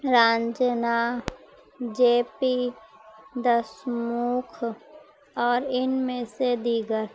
Raanjhanaa J P دس موکھ اور ان میں سے دیگر